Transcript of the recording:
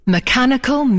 Mechanical